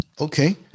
Okay